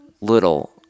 little